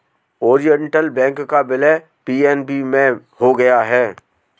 Oriental bank का विलय PNB में हो गया है